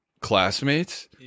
classmates